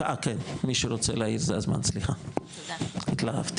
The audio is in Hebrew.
כן, מי שרוצה זה הזמן, סליחה, התלהבתי.